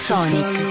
Sonic